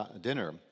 dinner